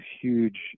huge